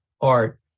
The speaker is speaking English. art